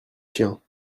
chiens